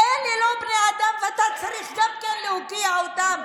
אלה לא בני אדם, ואתה צריך גם כן להוקיע אותם.